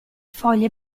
foglie